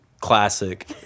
classic